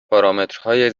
پارامترهای